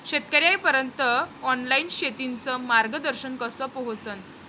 शेतकर्याइपर्यंत ऑनलाईन शेतीचं मार्गदर्शन कस पोहोचन?